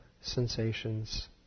sensations